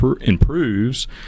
improves